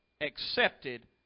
Accepted